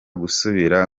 gusubira